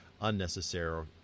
unnecessary